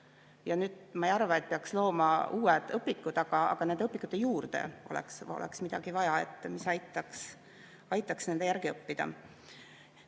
keerukad. Ma ei arva, et peaks looma uued õpikud, aga nende õpikute juurde oleks midagi vaja, mis aitaks nende järgi õppida.